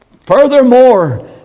furthermore